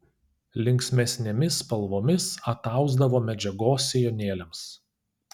linksmesnėmis spalvomis atausdavo medžiagos sijonėliams